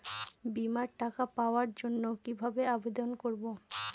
বিমার টাকা পাওয়ার জন্য কিভাবে আবেদন করব?